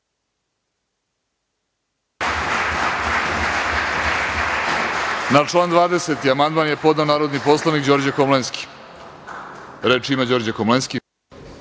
Na član 20. amandman je podneo narodni poslanik Đorđe Komlenski. Reč ima Đorđe Komlenski.